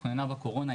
כמו שתוכננה בקורונה,